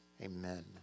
amen